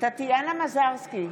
טטיאנה מזרסקי,